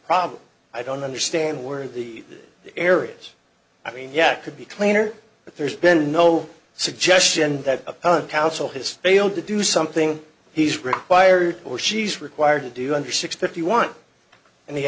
problem i don't understand where in the areas i mean yeah could be cleaner but there's been no suggestion that appellant counsel has failed to do something he's required or she's required to do under six fifty one and the